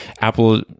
Apple